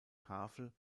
tafel